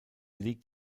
liegt